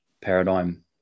paradigm